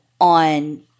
on